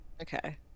Okay